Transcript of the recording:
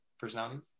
personalities